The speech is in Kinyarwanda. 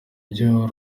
ibyo